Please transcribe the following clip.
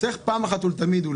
צריך פעם אחת ולתמיד,